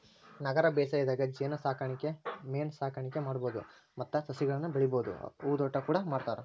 ನಗರ ಬೇಸಾಯದಾಗ ಜೇನಸಾಕಣೆ ಮೇನಸಾಕಣೆ ಮಾಡ್ಬಹುದು ಮತ್ತ ಸಸಿಗಳನ್ನ ಬೆಳಿಬಹುದು ಹೂದೋಟ ಕೂಡ ಮಾಡ್ತಾರ